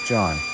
John